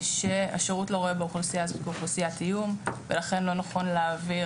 שהשירות לא רואה באוכלוסייה הזאת כאוכלוסיית איום ולכן לא נכון להעביר